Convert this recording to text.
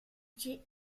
tué